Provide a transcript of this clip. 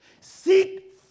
Seek